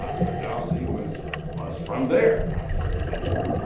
ah ferdowsi was was from there for example.